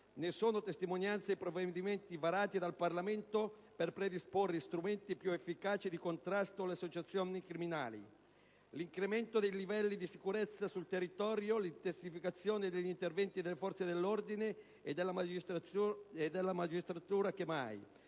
ne sono testimonianza i provvedimenti varati dal Parlamento per predisporre strumenti più efficaci di contrasto alle associazioni criminali, l'incremento dei livelli di sicurezza sul territorio, l'intensificazione degli interventi delle forze dell'ordine e della magistratura che mai,